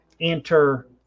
Enter